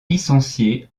licencié